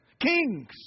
kings